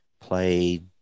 played